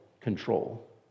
control